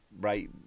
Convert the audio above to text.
Right